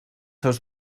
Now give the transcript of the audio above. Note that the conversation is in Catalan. seus